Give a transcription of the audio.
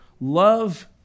Love